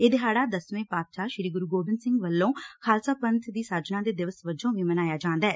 ਇਹ ਦਿਹਾਤਾ ਦਸਵੇਂ ਪਾਤਸ਼ਾਹ ਸ੍ਰੀ ਗੁਰੂ ਗੋਬਿੰਦ ਸਿੰਘ ਵੱਲੋਂ ਖਾਲਸਾ ਪੰਥ ਦੀ ਸਾਜਣਾ ਦੇ ਦਿਵਸ ਵਜੋਂ ਵੀ ਮਨਾਇਆ ਜਾਂਦੈ